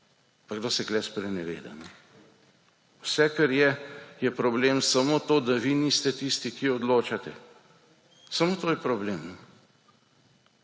Pa kdo se tukaj spreneveda? Vse, kar je, je problem samo to, da vi niste tisti, ki odločate. Samo to je problem.